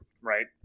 right